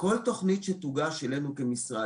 אני רוצה לתת לך דוגמה למשהו שיכול להתרחש,